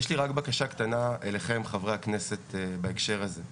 יש לי רק בקשה קטנה אליכם, חברי הכנסת, בהקשר הזה.